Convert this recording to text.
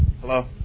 Hello